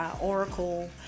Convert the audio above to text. oracle